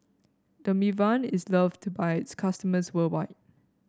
Dermaveen is loved by its customers worldwide